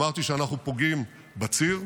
אמרתי שאנחנו פוגעים בציר,